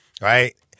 right